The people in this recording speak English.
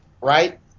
right